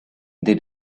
they